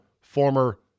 former